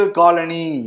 colony